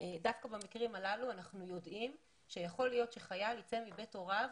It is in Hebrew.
דווקא במקרים הללו אנחנו יודעים שיכול להיות שחייל יצא מבית הוריו